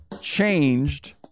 changed